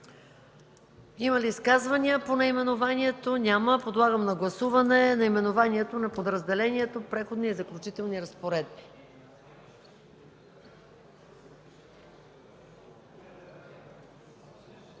Има ли изказвания по наименованието? Няма. Подлагам на гласуване наименованието на подразделението „Преходни и заключителни разпоредби”.